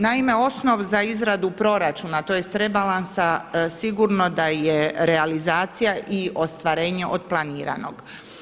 Naime, osnov za izradu proračuna tj. rebalansa sigurno da je realizacija i ostvarenje od planiranog.